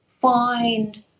find